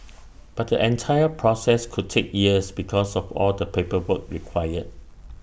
but the entire process could take years because of all the paperwork required